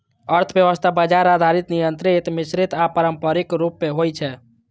अर्थव्यवस्था बाजार आधारित, नियंत्रित, मिश्रित आ पारंपरिक रूप मे होइ छै